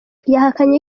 yahakanye